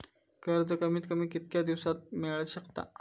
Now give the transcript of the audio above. कर्ज कमीत कमी कितक्या दिवसात मेलक शकता?